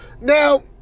Now